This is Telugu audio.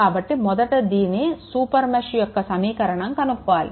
కాబట్టి మొదట దీని సూపర్ మెష్ యొక్క సమీకరణం కనుక్కోవాలి